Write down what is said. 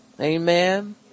Amen